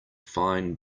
fine